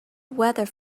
weather